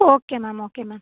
okay ma'am okay ma'am